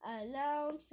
alone